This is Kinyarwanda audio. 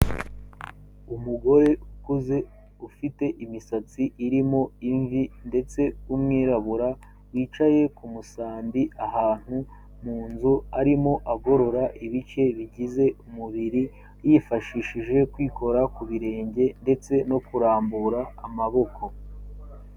Umugore ukuze ufite imisatsi irimo imvi ndetse w'umwirabura wicaye ku musambi ahantu mu nzu, arimo agorora ibice bigize umubiri yifashishije kwikora ku birenge ndetse no kurambura amaboko.